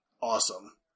awesome